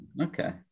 Okay